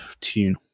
tune